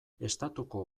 estatuko